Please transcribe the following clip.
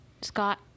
scott